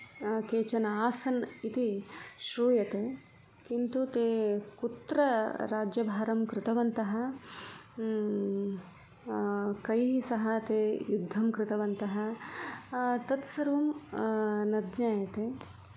केचन आसन् इति श्रूयते किन्तु ते कुत्र राज्यभारं कृतवन्तः कैः सह ते युद्धं कृतवन्तः तत्सर्वं न ज्ञायते